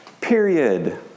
period